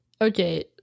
okay